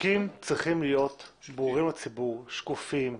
חוקים צריכים להיות ברורים לציבור, שקופים וקצרים.